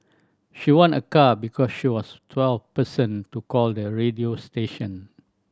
she won a car because she was twelfth person to call the radio station